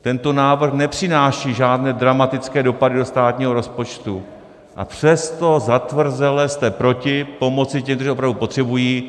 Tento návrh nepřináší žádné dramatické dopady do státního rozpočtu, a přesto zatvrzele jste proti pomoci těm, kteří to opravdu potřebují.